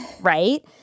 right